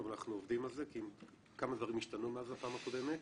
אבל אנחנו עובדים על זה כי כמה דברים השתנו מאז הפעם הקודמת.